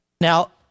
Now